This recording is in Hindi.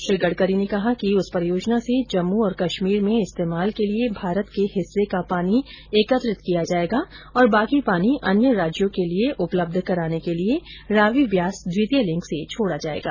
श्री गड़करी ने कहा कि उस परियोजना से जम्मू और कश्मीर में इस्तेमाल के लिए भारत के हिस्से का पानी एकत्रित किया जाएगा और बाकी पानी अन्य राज्यों के लिए उपलब्ध कराने के लिये रावी ब्यास द्वितीय लिंक से छोड़ा जाएगा